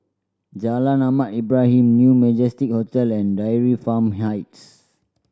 Jalan Ahmad Ibrahim New Majestic Hotel and Dairy Farm Heights